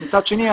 מצד שני,